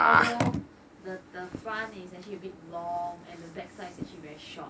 although the the front is actually a bit long and the backside is actually very short